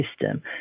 system